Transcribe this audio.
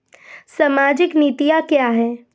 सामाजिक नीतियाँ क्या हैं?